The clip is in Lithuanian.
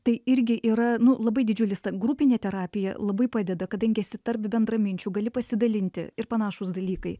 tai irgi yra nu labai didžiulis ta grupinė terapija labai padeda kadangi esi tarp bendraminčių gali pasidalinti ir panašūs dalykai